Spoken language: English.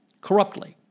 Corruptly